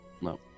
no